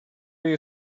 you